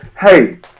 hey